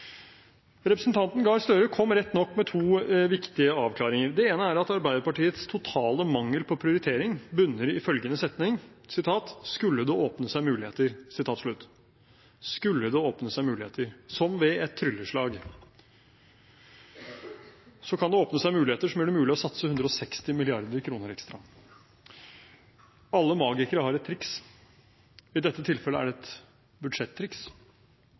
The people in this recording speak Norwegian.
Representanten Gahr Støre kom rett nok med to viktige avklaringer. Den ene er at Arbeiderpartiets totale mangel på prioritering bunner i følgende setningsdel: «skulle det åpne seg muligheter» Skulle det åpne seg muligheter – som ved et trylleslag kan det åpne seg muligheter som gjør det mulig å satse 160 mrd. kr ekstra. Alle magikere har et triks, i dette tilfellet er det et